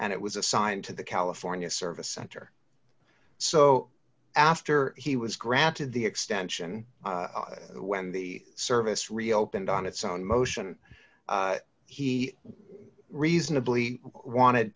and it was assigned to the california service center so after he was granted the extension when the service reopened on its own motion he reasonably wanted